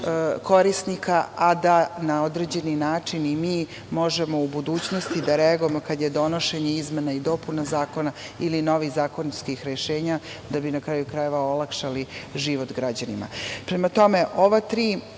korisnika, a da na određeni način i mi možemo u budućnosti da reagujemo, kada je donošenje izmena i dopuna zakona, ili novih zakonskih rešenja da bi na kraju krajeva olakšali život građanima. Prema tome, ove tri